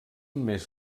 mes